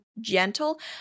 gentle